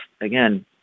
again